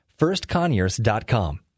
firstconyers.com